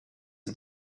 and